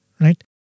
right